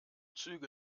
züge